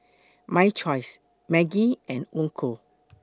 My Choice Maggi and Onkyo